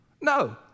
No